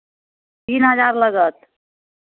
तीन हजार लगत